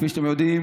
כפי שאתם יודעים,